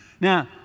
Now